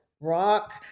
rock